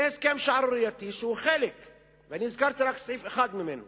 לתקצב שני פרויקטים, של כ-85 מיליון שקלים,